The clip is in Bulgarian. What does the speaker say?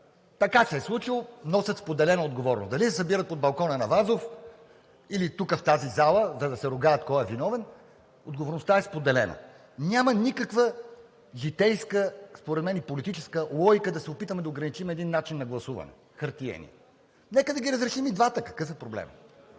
така се е случило – носят споделена отговорност. Дали да се събират под балкона на Вазов или тук, в тази зала, за да се ругаят кой е виновен, отговорността е споделена. Според мен няма никаква житейска и политическа логика да се опитваме да ограничим един начин на гласуване – хартиеният. Нека да разрешим и двата, какъв е проблемът!